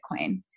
Bitcoin